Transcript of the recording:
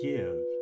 Give